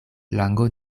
lango